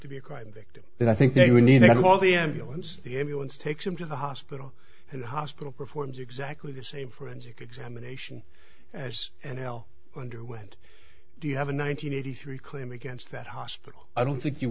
to be a crime victim but i think they would need to call the ambulance the ambulance takes him to the hospital and hospital performs exactly the same forensic examination as an l underwent do you have a nine hundred eighty three claim against that hospital i don't think you